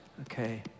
okay